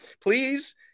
please